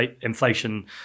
inflation